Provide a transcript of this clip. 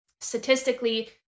statistically